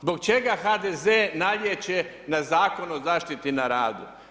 Zbog čega HDZ nalijeće na Zakon o zaštiti na radu?